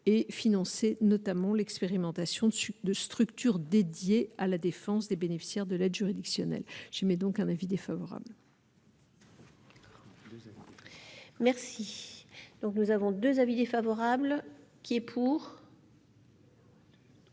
et financé notamment l'expérimentation dessus 2 structures dédiées à la défense des bénéficiaires de l'aide juridictionnelle, j'émets donc un avis défavorable. Merci donc nous avons 2 avis défavorables qui est pour.